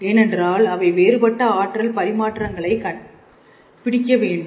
ஏனென்றால் அவை வேறுபட்ட ஆற்றல் பரிமாற்றங்களை பிடிக்க வேண்டும்